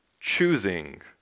choosing